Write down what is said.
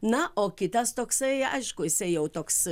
na o kitas toksai aišku jisai jau toks